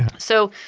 so,